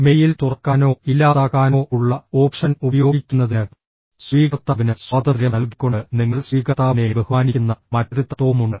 mail തുറക്കാനോ ഇല്ലാതാക്കാനോ ഉള്ള ഓപ്ഷൻ ഉപയോഗിക്കുന്നതിന് സ്വീകർത്താവിന് സ്വാതന്ത്ര്യം നൽകിക്കൊണ്ട് നിങ്ങൾ സ്വീകർത്താവിനെ ബഹുമാനിക്കുന്ന മറ്റൊരു തത്വവുമുണ്ട്